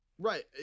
Right